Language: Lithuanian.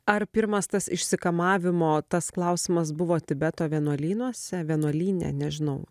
ar pirmas tas išsikamavimo tas klausimas buvo tibeto vienuolynuose vienuolyne nežinau